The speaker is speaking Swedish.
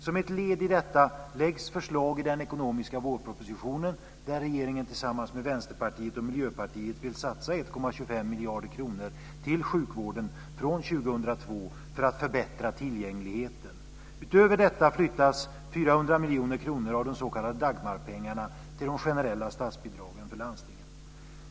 Som ett led i detta läggs förslag fram i den ekonomiska vårpropositionen där regeringen tillsammans med Vänsterpartiet och Miljöpartiet vill satsa 1,25 miljarder kronor till sjukvården från 2002 för att förbättra tillgängligheten. Utöver detta flyttas 400 miljoner kronor av de s.k. Dagmarpengarna till de generella statsbidragen för landstingen.